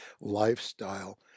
lifestyle